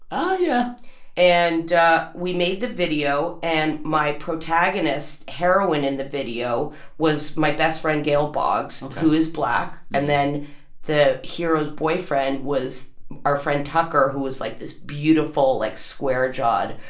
oh, yeah and we made the video. and my protagonist heroine in the video was my best friend gail boggs. ok. and who is black. and then the hero's boyfriend was our friend tucker, who was, like, this beautiful, like, square-jawed,